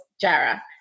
Jara